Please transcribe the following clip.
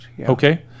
Okay